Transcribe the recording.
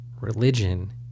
religion